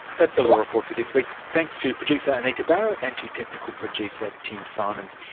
that's the law report for this week. thanks to producer anita barraud and to technical producer tim symonds.